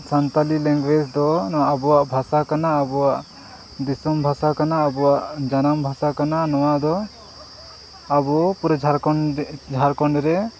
Santali language ᱫᱚ ᱱᱚᱣᱟ ᱟᱵᱚᱣᱟᱜ ᱵᱷᱟᱥᱟ ᱠᱟᱱᱟ ᱟᱵᱚᱣᱟᱜ ᱫᱤᱥᱚᱢ ᱵᱷᱟᱥᱟ ᱠᱟᱱᱟ ᱟᱵᱚᱣᱟᱜ ᱡᱟᱱᱟᱢ ᱵᱷᱟᱥᱟ ᱠᱟᱱᱟ ᱱᱚᱣᱟ ᱫᱚ ᱟᱵᱚ ᱯᱩᱨᱟᱹ ᱡᱷᱟᱨᱠᱷᱚᱸᱰ ᱡᱷᱟᱨᱠᱷᱚᱸᱰ ᱨᱮ